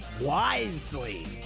wisely